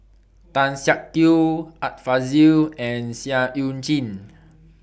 Tan Siak Kew Art Fazil and Seah EU Chin